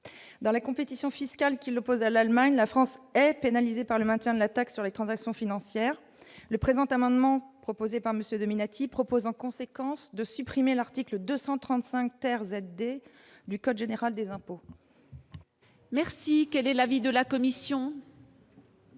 dans la compétition fiscale qui l'oppose à l'Allemagne, la France est pénalisé par le maintien de la taxe sur les transactions financières, le présent amendement proposé par monsieur Dominati, propose en conséquence de supprimer l'article 235 terre vous du code général des impôts. Merci, quel est l'avis de la commission.